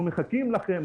אנחנו מחכים לכם,